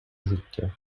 життя